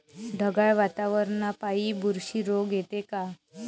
ढगाळ वातावरनापाई बुरशी रोग येते का?